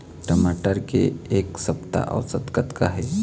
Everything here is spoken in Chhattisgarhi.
टमाटर के एक सप्ता औसत कतका हे?